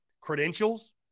credentials